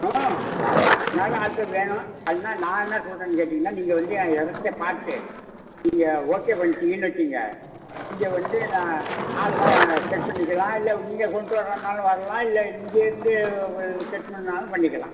ம் கொத்தனார் ஆட்கள் வேணும் அதனா நான் என்ன சொல்கிறேன்னு கேட்டிங்கன்னால் நீங்கள் வந்து என் இடத்தப் பார்த்து நீங்கள் ஓகே பண்ணிட்டிங்கன்னு வச்சுங்க இங்கே வந்து நான் ஆள்லாம் செட் பண்ணிக்கலாம் இல்லை நீங்கள் கொண்டுட்டு வர்றதுனாலும் வரலாம் இல்லை இங்கேயிருந்தே செட் பண்ணாலும் பண்ணிக்கலாம்